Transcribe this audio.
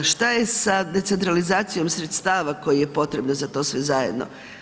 Šta je sa decentralizacijom sredstava koji je potrebno za to sve zajedno.